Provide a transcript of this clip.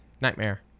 Nightmare